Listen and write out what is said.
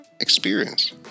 Experience